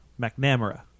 McNamara